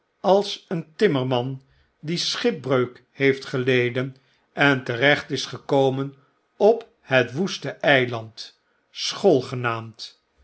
als een timmerman die schipbreuk heeft geleden en terecht is gekomen op het woeste eiland school genaamd